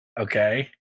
okay